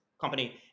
company